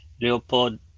Leopold